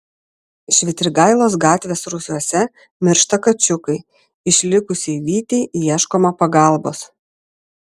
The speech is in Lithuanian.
švitrigailos gatvės rūsiuose miršta kačiukai išlikusiai vytei ieškoma pagalbos